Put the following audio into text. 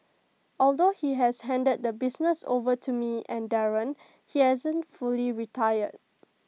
although he has handed the business over to me and Darren he hasn't fully retired